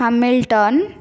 Hamilton